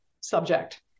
subject